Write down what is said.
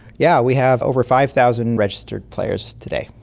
yeah we have over five thousand registered players today.